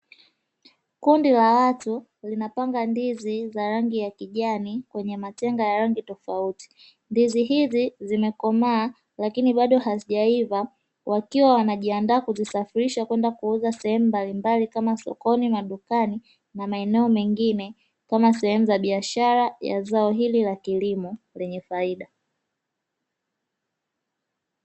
Kundi la watu linapanga ndizi za rangi ya kijani kwenye matenga ya rangi tofauti, ndizi hii zimekomaa lakini bado hazijaiva wakiwa wanajiandaa kuzisafirisha kwenda kuuza sehemu mbalimbali kama sokoni, madukani, na maeneo mengine kama sehemu za biashara ya zao hili la kilimo lenye faida.